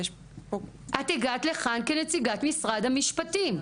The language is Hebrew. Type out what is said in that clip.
את הגעת לכאן כנציגת משרד המשפטים,